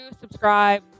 subscribe